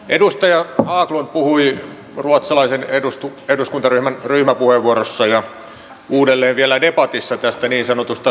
edustaja haglund puhui ruotsalaisen eduskuntaryhmän ryhmäpuheenvuorossa ja uudelleen vielä debatissa tästä niin sanotusta silmänkääntötempusta